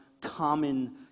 common